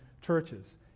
churches